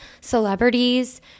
celebrities